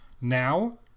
Now